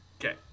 Okay